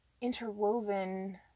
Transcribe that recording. interwoven